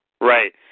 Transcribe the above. Right